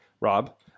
Rob